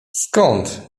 skąd